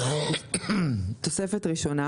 "תוספת ראשונה